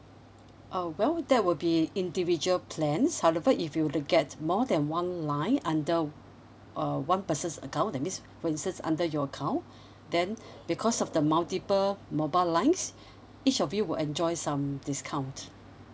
uh well that will be individual plan however if you to get more than one line under uh one person's account that means for instance under your account then because of the multiple mobile lines each of you will enjoy some discount